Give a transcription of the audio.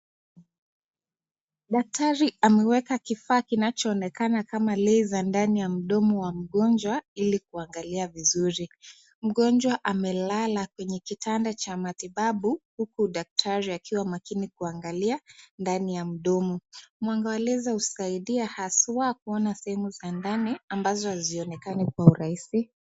Daktari ameweka kifaa kinachoonekana kama laser ndani ya mdomo wa mgonjwa ili kuangalia vizuri. Mgonjwa amelala kwenye kitanda cha matibabu huku daktari akiwa makini kuangalia ndani ya mdomo. Mwanga wa laser husaidia haswa kuona sehemu za ndani ambazo hazionekani kwa urahisi.